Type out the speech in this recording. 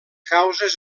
causes